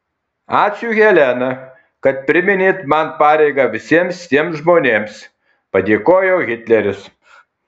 ačiū helena kad priminėt man pareigą visiems tiems žmonėms padėkojo hitleris